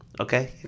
Okay